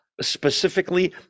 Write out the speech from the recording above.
specifically